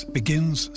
begins